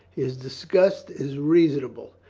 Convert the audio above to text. his disgust is reason able.